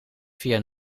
via